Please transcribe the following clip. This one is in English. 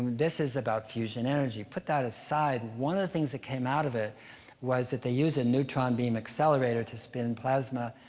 this is about fusion energy. put that aside one of the things that came out of it was that they used a neutron beam accelerator to spin plasma.